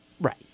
Right